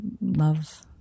love